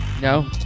No